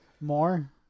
More